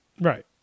Right